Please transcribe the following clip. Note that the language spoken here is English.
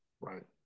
Right